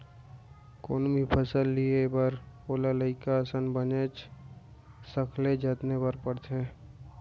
कोनो भी फसल लिये बर ओला लइका असन बनेच सखले जतने बर परथे